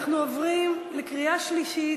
אנחנו עוברים לקריאה שלישית.